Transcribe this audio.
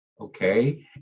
Okay